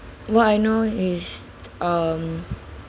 what I know is um